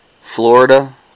Florida